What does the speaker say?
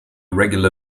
regular